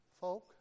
Folk